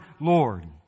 Lord